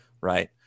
right